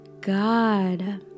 God